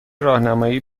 راهنمایی